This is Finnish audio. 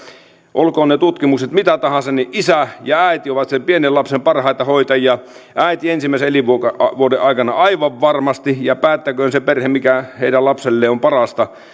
olkoon ne tutkimukset mitä tahansa niin isä ja äiti ovat sen pienen lapsen parhaita hoitajia ja äiti ensimmäisen elinvuoden aikana aivan varmasti ja päättäköön se perhe mikä heidän lapselleen on parasta